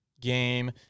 game